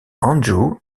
andrew